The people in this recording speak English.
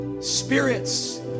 spirits